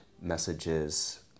messages